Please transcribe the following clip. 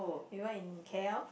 he work in K_L